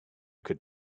could